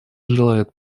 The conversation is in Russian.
желает